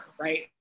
right